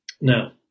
Now